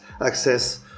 access